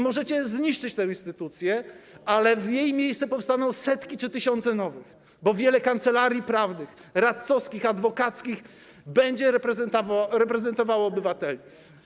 Możecie zniszczyć tę instytucję, ale w jej miejsce powstaną setki czy tysiące nowych, bo wiele kancelarii prawnych, radcowskich, adwokackich będzie reprezentowało obywateli.